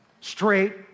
straight